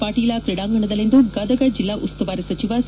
ಪಾಟೀಲ ಕ್ರೀಡಾಂಗಣದಲ್ಲಿಂದು ಗದಗ ಜಿಲ್ಲಾ ಉಸ್ತುವಾರಿ ಸಚಿವ ಸಿ